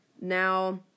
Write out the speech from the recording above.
Now